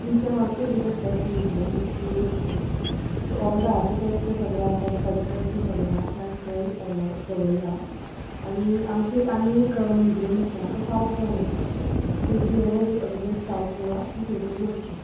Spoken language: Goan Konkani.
you can also visit that museum if you wish to show all the artefacts सगळे आसात स्कल्पचर्स बी जे हा ते आमी थंय दवरला आनी आमचो एक आनी एक म्युजियम आसा तो सावथ गोवान आसा if you never visited south Goa तुमी थंयसर वचू शकता